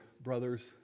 brothers